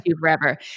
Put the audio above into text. forever